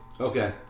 Okay